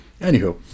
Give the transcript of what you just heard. Anywho